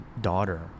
daughter